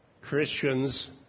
Christians